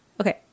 Okay